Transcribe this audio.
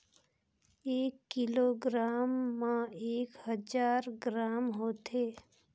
एक किलोग्राम म एक हजार ग्राम होथे